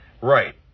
Right